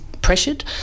pressured